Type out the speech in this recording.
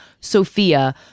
Sophia